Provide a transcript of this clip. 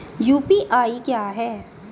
UPI क्या है?